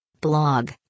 Blog